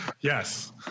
Yes